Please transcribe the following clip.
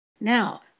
Now